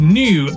new